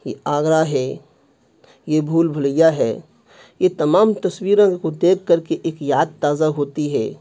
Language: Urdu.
یہ آگرہ ہے یہ بھول بھلیا ہے یہ تمام تصویروں کو دیکھ کر کے اک یاد تازہ ہوتی ہے